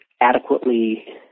adequately